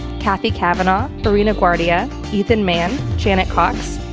kathy cavanaugh, irina guardia, ethan mann, janet cox,